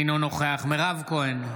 אינו נוכח מירב כהן,